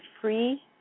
free